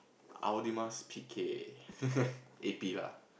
P K A P lah